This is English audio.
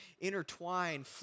intertwine